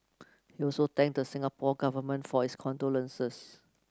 he also thanked the Singapore Government for its condolences